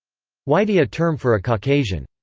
whitey a term for a caucasian.